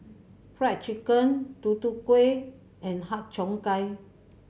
Fried Chicken Tutu Kueh and Har Cheong Gai